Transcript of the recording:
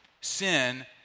Sin